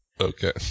Okay